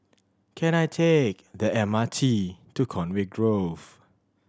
can I take the M R T to Conway Grove